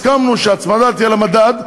שהסכמנו שההצמדה תהיה למדד,